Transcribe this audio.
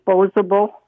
disposable